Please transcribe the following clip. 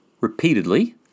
repeatedly